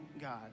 God